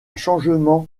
changement